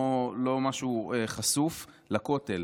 לא משהו חשוף, לכותל.